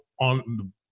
on